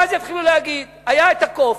ואז יתחילו להגיד: היה הקוף,